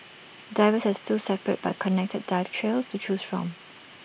divers have two separate but connected dive trails to choose from